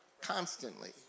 constantly